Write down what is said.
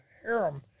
Harem